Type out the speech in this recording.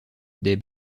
des